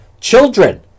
children